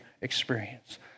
experience